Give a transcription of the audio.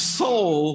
soul